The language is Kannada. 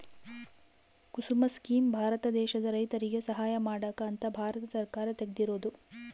ಕುಸುಮ ಸ್ಕೀಮ್ ಭಾರತ ದೇಶದ ರೈತರಿಗೆ ಸಹಾಯ ಮಾಡಕ ಅಂತ ಭಾರತ ಸರ್ಕಾರ ತೆಗ್ದಿರೊದು